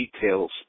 details